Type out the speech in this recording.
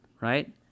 right